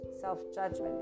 self-judgment